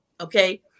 okay